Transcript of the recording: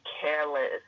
careless